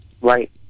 Right